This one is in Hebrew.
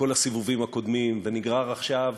בכל הסיבובים הקודמים, ונגרר עכשיו